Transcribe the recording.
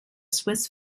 swiss